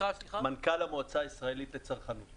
מנכ"ל המועצה הישראלית לצרכנות.